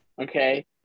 Okay